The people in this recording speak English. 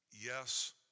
yes